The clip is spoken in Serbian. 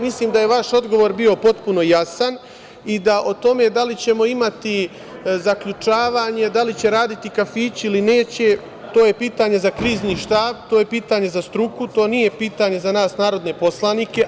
Mislim da je vaš odgovor bio potpuno jasan i da o tome da li ćemo imati zaključavanje, da li će raditi kafići ili neće, to je pitanje za Krizni štab, to je pitanje za struku, to nije pitanje za nas narodne poslanike.